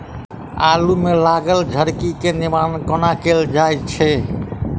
आलु मे लागल झरकी केँ निवारण कोना कैल जाय छै?